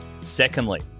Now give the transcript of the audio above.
Secondly